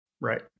Right